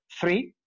three